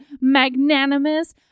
magnanimous